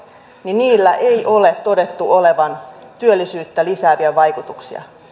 niin niillä ei ole todettu olevan työllisyyttä lisääviä vaikutuksia